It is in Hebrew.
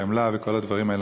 חמלה וכל הדברים האלה,